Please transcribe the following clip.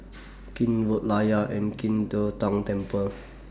Keene Road Layar and Qing De Tang Temple